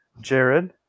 Jared